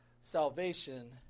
salvation